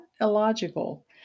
illogical